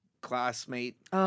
classmate